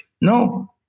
No